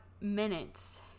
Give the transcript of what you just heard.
minutes